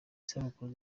isabukuru